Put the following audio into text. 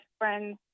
friends